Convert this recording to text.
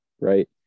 Right